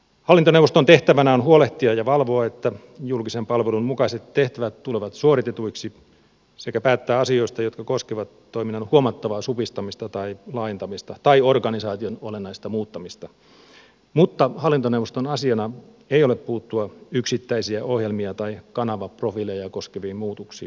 hallintoneuvoston tehtävänä on huolehtia ja valvoa että julkisen palvelun mukaiset tehtävät tulevat suoritetuiksi sekä päättää asioista jotka koskevat toiminnan huomattavaa supistamista tai laajentamista tai organisaation olennaista muuttamista mutta hallintoneuvoston asiana ei ole puuttua yksittäisiä ohjelmia tai kanavaprofiileja koskeviin muutoksiin